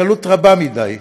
קלות רבה מדי,